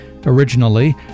originally